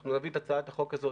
אנחנו נביא את הצעת החוק הזו